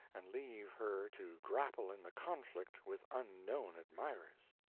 and leave her to grapple in the conflict with unknown admirers.